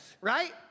right